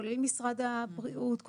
כולל משרד הבריאות,